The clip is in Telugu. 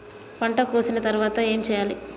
పంట కోసిన తర్వాత ఏం చెయ్యాలి?